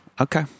Okay